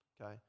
okay